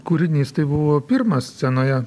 kūrinys tai buvo pirmas scenoje